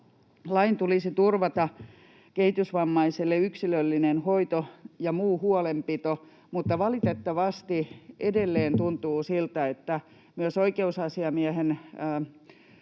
tulisi turvata kehitysvammaiselle yksilöllinen hoito ja muu huolenpito, mutta valitettavasti edelleen tuntuu siltä, että myös oikeusasiamiehen